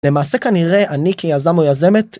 למעשה כנראה אני כייזם או ייזמת.